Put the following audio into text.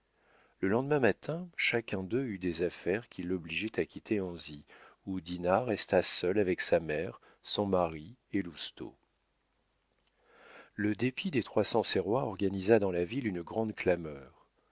le lendemain matin chacun d'eux eut des affaires qui l'obligeaient à quitter anzy où dinah resta seule avec sa mère son mari et lousteau le dépit des trois sancerrois organisa dans la ville une grande clameur